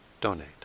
donate